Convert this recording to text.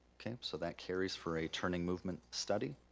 okay so that carries for a turning movement study.